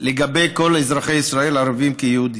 לגבי כל אזרחי ישראל, ערבים כיהודים.